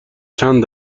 چند